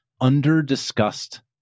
under-discussed